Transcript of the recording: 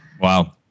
Wow